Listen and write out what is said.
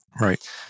Right